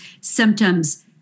symptoms